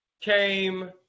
came